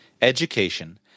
education